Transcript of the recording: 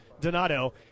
Donato